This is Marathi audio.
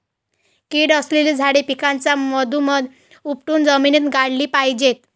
कीड असलेली झाडे पिकाच्या मधोमध उपटून जमिनीत गाडली पाहिजेत